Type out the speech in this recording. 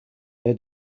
their